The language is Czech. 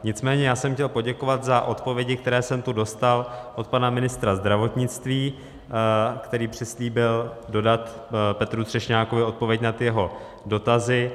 Nicméně já jsem chtěl poděkovat za odpovědi, které jsem tu dostal od pana ministra zdravotnictví, který přislíbil dodat Petru Třešňákovi odpověď na ty jeho dotazy.